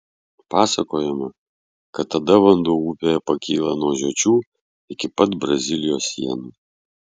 pasakojama kad tada vanduo upėje pakyla nuo žiočių iki pat brazilijos sienų